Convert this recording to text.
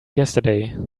yesterday